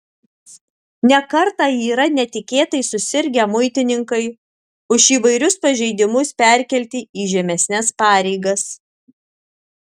ne kartą yra netikėtai susirgę muitininkai už įvairius pažeidimus perkelti į žemesnes pareigas